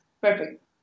Perfect